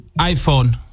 iPhone